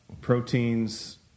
proteins